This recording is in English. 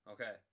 Okay